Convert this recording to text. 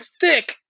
thick